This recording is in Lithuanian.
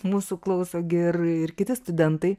mūsų klauso ir ir kiti studentai